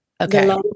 Okay